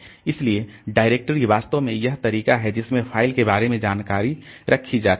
इसलिए डायरेक्टरी वास्तव में वह तरीका है जिसमें फ़ाइल के बारे में जानकारी रखी जाती है